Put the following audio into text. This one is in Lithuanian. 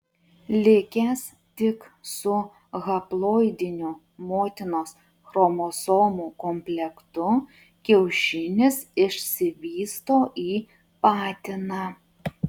likęs tik su haploidiniu motinos chromosomų komplektu kiaušinis išsivysto į patiną